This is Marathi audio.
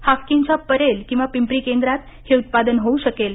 हाफकिनच्या परेल किंवा पिंपरी केंद्रात हे उत्पादन होऊ शकेल